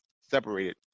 separated